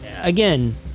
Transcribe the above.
again